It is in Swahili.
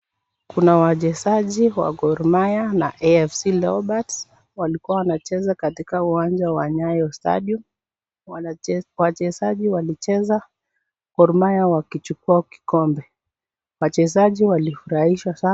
Kuna wachezaji wa Gor mahia na Fc Leopards walikuwa wanacheza katika uwanja wa nyaoyo stadium. Wachezaji wakicheza Gor mahia wakichukua kikombe. Wachezaji walifurahiahwa sana.